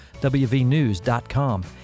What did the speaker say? wvnews.com